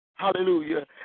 Hallelujah